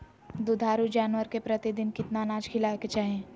दुधारू जानवर के प्रतिदिन कितना अनाज खिलावे के चाही?